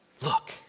Look